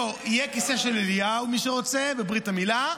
יהיה כיסא של אליהו, מי שרוצה, בברית המילה.